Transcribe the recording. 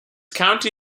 county